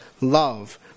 love